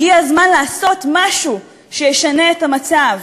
הגיע הזמן לעשות משהו שישנה את המצב,